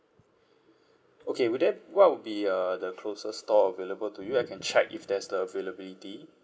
okay would there what would be uh the closest store available to you I can check if there's the availability